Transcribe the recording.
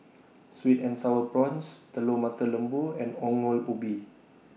Sweet and Sour Prawns Telur Mata Lembu and Ongol Ubi